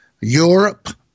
Europe